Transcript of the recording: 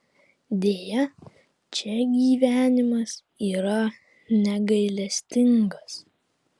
deja čia gyvenimas yra negailestingas